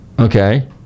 Okay